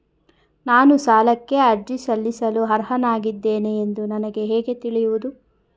ನಾನು ಸಾಲಕ್ಕೆ ಅರ್ಜಿ ಸಲ್ಲಿಸಲು ಅರ್ಹನಾಗಿದ್ದೇನೆ ಎಂದು ನನಗೆ ಹೇಗೆ ತಿಳಿಯುವುದು?